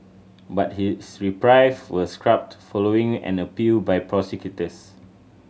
but his reprieve was scrubbed following an appeal by prosecutors